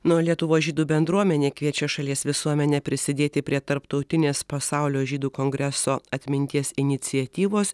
na o lietuvos žydų bendruomenė kviečia šalies visuomenę prisidėti prie tarptautinės pasaulio žydų kongreso atminties iniciatyvos